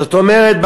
זאת אומרת,